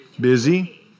busy